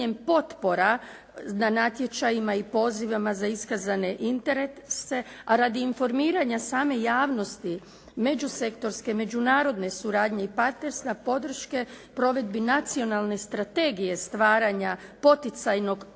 potpora na natječajima i pozivima za iskazane interese, a radi informiranja same javnosti međusektorske, međunarodne suradnje i partnerstva podrške provedbi Nacionalne strategije stvaranja poticajnog